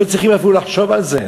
לא צריכים אפילו לחשוב על זה.